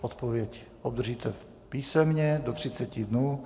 Odpověď obdržíte písemně do 30 dnů.